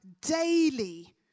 daily